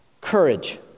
courage